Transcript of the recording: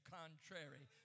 contrary